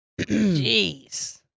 Jeez